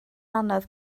anodd